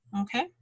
Okay